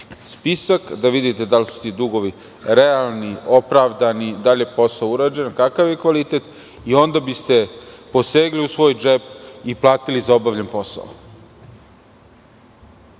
da vidite da li su ti dugovi realni, opravdani, da li je posao urađen, kakav je kvalitet, i onda biste posegli u svoj džep i platili za obavljen posao.